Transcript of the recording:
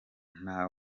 nta